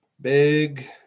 Big